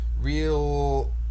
real